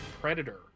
Predator